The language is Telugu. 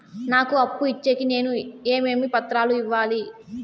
నాకు అప్పు ఇచ్చేకి నేను ఏమేమి పత్రాలు ఇవ్వాలి